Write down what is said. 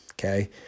Okay